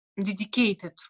dedicated